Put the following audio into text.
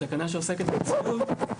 בתקנה שעוסקת בלול,